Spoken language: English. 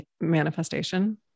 manifestation